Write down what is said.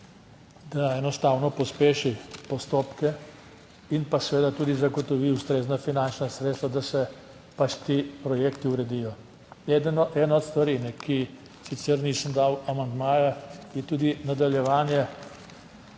da enostavno pospeši postopke in pa seveda tudi zagotovi ustrezna finančna sredstva, da se pač ti projekti uredijo. Ena od stvari, ki, sicer nisem dal amandmaja je tudi nadaljevanje